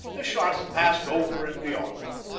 the shots passed over and beyond them.